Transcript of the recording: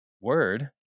word